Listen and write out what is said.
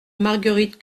marguerite